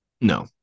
No